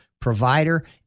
provider